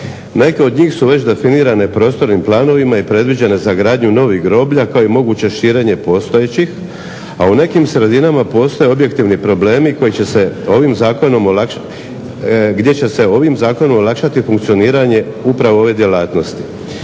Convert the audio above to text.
Neke od njih su već definirane prostornim planovima i predviđene za gradnju novih groblja, kao i moguće širenje postojećih, a u nekim sredinama postoje objektivni problemi gdje će se ovim zakonom olakšati funkcioniranje upravo ove djelatnosti.